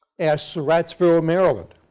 as surrattsville, maryland.